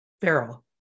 feral